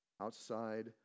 outside